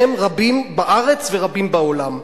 והם רבים בארץ ורבים בעולם.